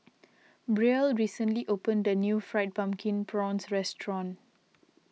Brielle recently opened a new Fried Pumpkin Prawns restaurant